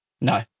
no